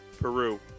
Peru